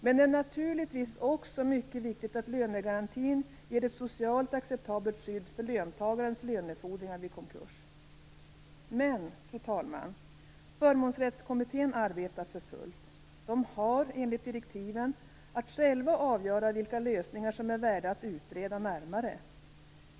Men det är naturligtvis också mycket viktigt att lönegarantin ger ett socialt acceptabelt skydd för löntagarnas lönefordringar vid konkurs. Fru talman! Förmånsrättskommittén arbetar för fullt. Man har, enligt direktiven, att själv avgöra vilka lösningar som är värda att utreda närmare.